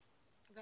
תודה רבה.